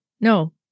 no